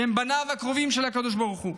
שהם בניו הקרובים של הקדוש ברוך הוא.